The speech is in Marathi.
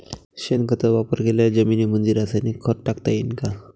शेणखताचा वापर केलेल्या जमीनीमंदी रासायनिक खत टाकता येईन का?